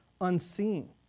unseen